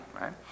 right